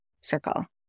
circle